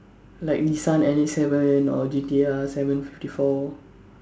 like Nissan N A seven or G_T_R seven fifty four